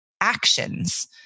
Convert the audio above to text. actions